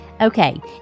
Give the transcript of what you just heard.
Okay